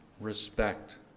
respect